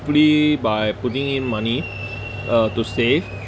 simply by putting in money uh to save